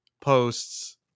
posts